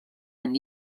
been